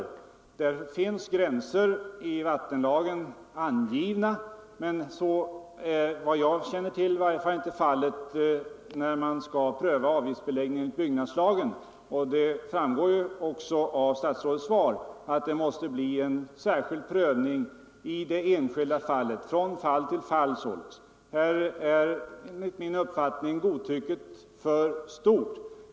I vattenlagen finns gränser angivna — så är såvitt jag känner till inte fallet med avgiftsbeläggningen enligt byggnadslagen. Det framgår också av statsrådets svar att man måste företa en prövning i varje enskilt fall. Här är enligt min uppfattning godtycket för stort.